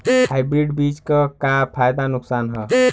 Hybrid बीज क का फायदा नुकसान ह?